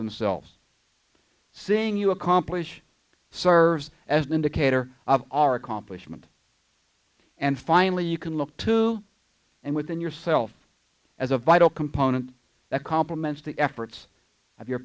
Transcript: themselves saying you accomplish serves as an indicator of our accomplishment and finally you can look to and within yourself as a vital component that compliments the efforts of your